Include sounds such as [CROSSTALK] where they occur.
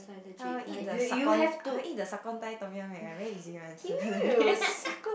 I will eat the sakhon I will eat the sakhon Thai Tom-Yum I'm very easy one it's hilarious [LAUGHS]